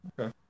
Okay